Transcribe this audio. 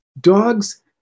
dogs